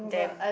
damn